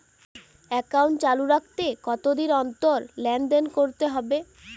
Account চালু রাখতে কতদিন অন্তর লেনদেন করতে হবে?